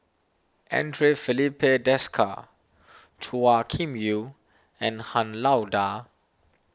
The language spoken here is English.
andre Filipe Desker Chua Kim Yeow and Han Lao Da